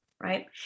right